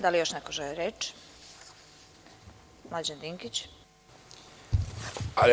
Da li još neko želi reč? (Da.